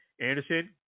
Anderson